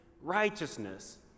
righteousness